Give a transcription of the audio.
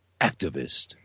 activist